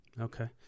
Okay